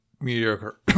mediocre